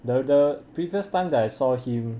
the the previous time that I saw him